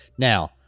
Now